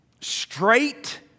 straight